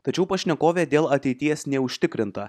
tačiau pašnekovė dėl ateities neužtikrinta